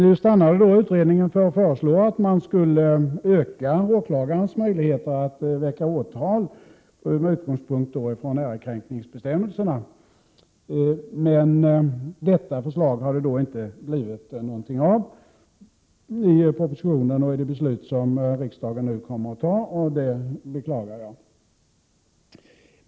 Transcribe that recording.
Utredningen stannade för att föreslå att man skulle öka åklagarens möjligheter att väcka åtal med utgångspunkt i ärekränkningsbestämmelserna, men det förslaget har det inte blivit något av i propositionen och i utskottets förslag till beslut, och det beklagar jag.